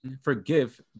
forgive